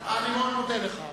אני מאוד מודה לך.